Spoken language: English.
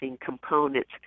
components